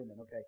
okay